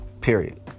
period